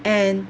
and